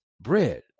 bread